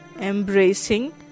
embracing